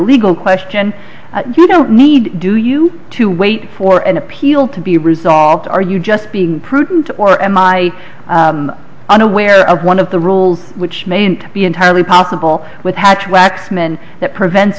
legal question you don't need do you to wait for an appeal to be resolved are you just being prudent or am i unaware of one of the rules which may be entirely possible with hatch waxman that prevents